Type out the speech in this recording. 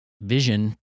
vision